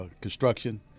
construction